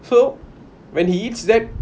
so when he eats that